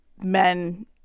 men